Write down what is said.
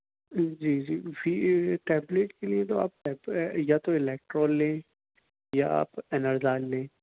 جی جی پھر ٹیبلیٹ کے لیے تو آپ یا تو الیکٹرال لیں یا آپ انرزال لیں